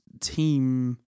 team